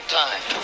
time